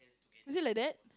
is it like that